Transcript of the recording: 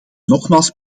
nogmaals